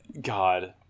God